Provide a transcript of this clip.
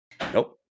Nope